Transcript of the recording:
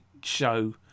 show